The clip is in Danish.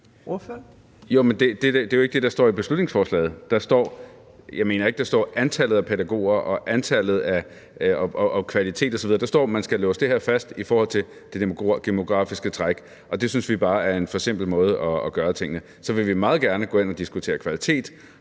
det er jo ikke det, der står i beslutningsforslaget. Jeg mener ikke, at der står noget om antallet af pædagoger og noget om kvalitet osv. Der står, at man skal låse det her fast i forhold til det demografiske træk. Det synes vi bare er en forsimplet måde at gøre tingene på. Vi vil meget gerne gå ind og diskutere kvalitet